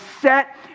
set